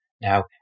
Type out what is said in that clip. now